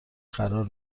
قرار